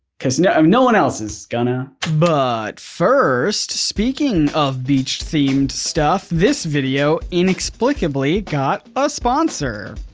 cause no um no one else is gonna. but first, speaking of beach-themed stuff, this video inexplicably got a sponsor,